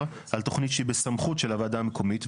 על תוכנית שבסמכות של הוועדה המקומית,